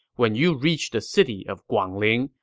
when you reach the city of guangling,